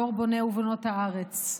דור בוני ובונות הארץ.